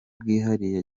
bwihariye